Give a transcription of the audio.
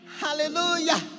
Hallelujah